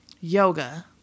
yoga